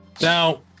Now